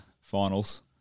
finals